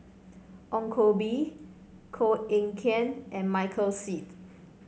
Ong Koh Bee Koh Eng Kian and Michael Seet